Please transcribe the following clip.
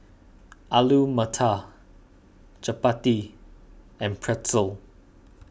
Alu Matar Chapati and Pretzel